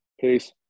Peace